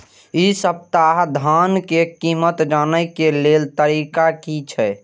इ सप्ताह धान के कीमत जाने के लेल तरीका की छे?